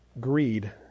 Greed